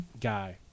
guy